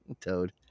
Toad